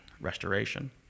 restoration